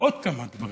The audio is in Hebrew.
עוד כמה דברים.